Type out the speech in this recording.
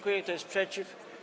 Kto jest przeciw?